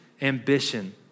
ambition